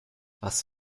was